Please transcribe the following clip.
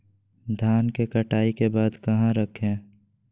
धान के कटाई के बाद कहा रखें?